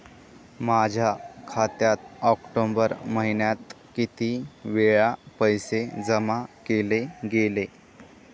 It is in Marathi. माझ्या खात्यात ऑक्टोबर महिन्यात किती वेळा पैसे जमा केले गेले?